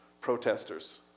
protesters